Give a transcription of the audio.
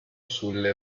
sulle